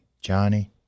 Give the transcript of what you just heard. Johnny